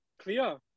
clear